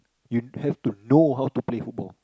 you have to know how to play football